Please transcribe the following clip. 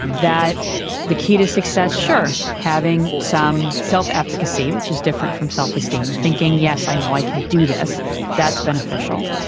that the key to success, sure, having some self-efficacy, which is different from self-esteem, thinking yes, i know i can do this that's beneficial.